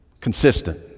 Consistent